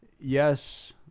yes